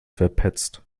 verpetzt